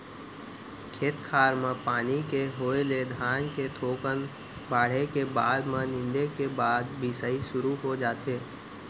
खेत खार म पानी के होय ले धान के थोकन बाढ़े के बाद म नींदे के बाद बियासी सुरू हो जाथे